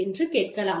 என்று கேட்கலாம்